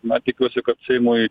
na tikiuosi kad seimui